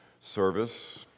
service